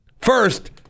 first